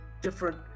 different